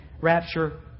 rapture